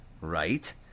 right